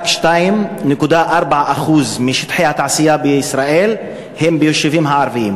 רק 2.4% משטחי התעשייה בישראל הם ביישובים הערביים,